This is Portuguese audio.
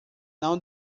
não